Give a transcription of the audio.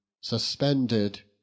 Suspended